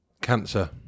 Cancer